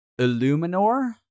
Illuminor